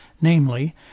namely